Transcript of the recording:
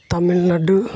Tamil Nadu